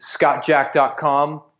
scottjack.com